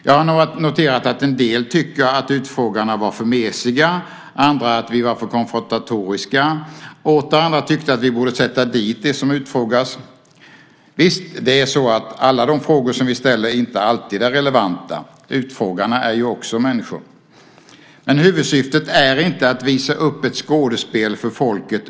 Jag har noterat att en del tycker att utfrågarna var för mesiga, andra att vi var för konfrontatoriska. Åter andra tyckte att vi borde "sätta dit" dem som utfrågas. Visst är det så att alla de frågor som vi ställer inte alltid är relevanta; utfrågarna är ju också människor. Men huvudsyftet är inte att visa upp ett skådespel för folket.